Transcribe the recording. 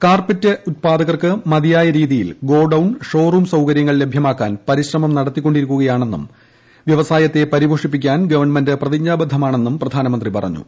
carpet ഉൽപാദകർക്ക് മതിയായ രീതിയിൽ ഗോഡൌൺ ഷോ റൂം സൌകര്യങ്ങൾ ലഭ്യമാക്കാൻ പരിശ്രമം നടത്തിക്കൊണ്ടിരിക്കുകയാണെന്നും കാർപ്പറ്റ് വൃവസായത്തെ പരിപോഷിപ്പിക്കാൻ ഗവൺമെന്റ് പ്രതിജ്ഞാബദ്ധമാണെന്നും പ്രധാനമന്ത്രി പറഞ്ഞു